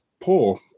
poor